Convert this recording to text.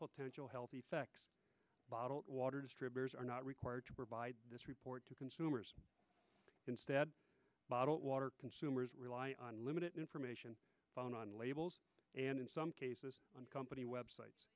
potential health effects bottled water distributors are not required to provide this report to consumers instead bottled water consumers rely on limited information on labels and in some cases company websites